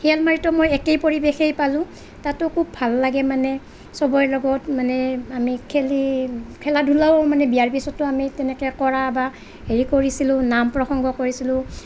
শিয়ালমাৰীতো মই একেই পৰিবেশেই পালোঁ তাতো খুব ভাল লাগে মানে চবৰে লগত মানে আমি খেলি খেলা ধূলাও মানে বিয়াৰ পিছতো আমি তেনেকে কৰা বা হেৰি কৰিছিলোঁ নাম প্ৰসংগ কৰিছিলোঁ